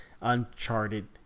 uncharted